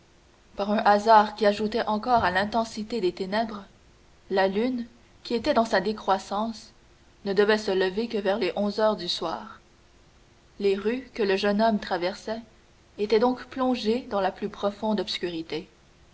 par un hasard qui ajoutait encore à l'intensité des ténèbres la lune qui était dans sa décroissance ne devait se lever que vers les onze heures du soir les rues que le jeune homme traversait étaient donc plongées dans la plus profonde obscurité